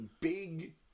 big